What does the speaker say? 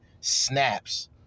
snaps